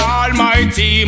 almighty